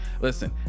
Listen